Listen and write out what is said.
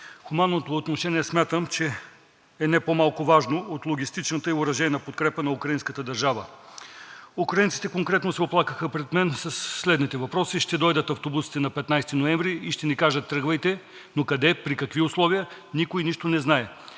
Хуманното отношение смятам, че е не по-малко важно от логистичната и оръжейна подкрепа на украинската държава. Украинците конкретно се оплакаха пред мен със следните въпроси: „Ще дойдат автобусите на 15 ноември и ще ни кажат: Тръгвайте! Но къде, при какви условия? Никой нищо не знае.